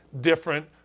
different